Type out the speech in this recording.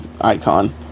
icon